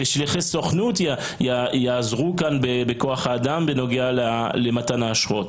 ששליחי סוכנות יעזרו כאן בכוח האדם בנוגע למתן האשרות.